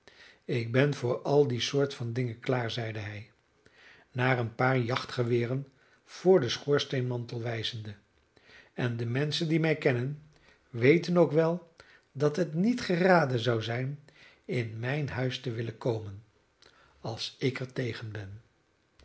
ik ben voor al die soort van dingen klaar zeide hij naar een paar jachtgeweren voor den schoorsteenmantel wijzende en de menschen die mij kennen weten ook wel dat het niet geraden zou zijn in mijn huis te willen komen als ik er tegen ben